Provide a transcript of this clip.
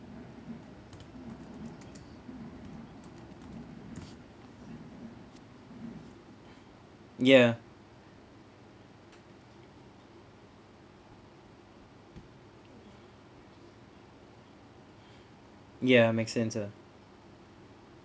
ya ya make sense ah